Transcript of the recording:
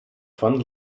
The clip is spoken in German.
von